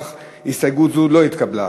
לפיכך הסתייגות זו לא התקבלה.